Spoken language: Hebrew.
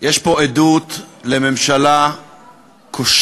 יש פה עדות לממשלה כושלת